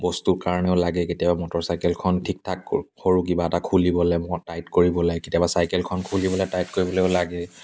বস্তুৰ কাৰণেও লাগে কেতিয়াবা মটৰচাইকেলখন ঠিক ঠাক কৰোঁ কিবা এটা খুলিবলৈ নট টাইট কৰিব লাগে কেতিয়াবা চাইকেলখন খুলি পেলাই টাইট কৰিবলৈও লাগে